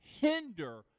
hinder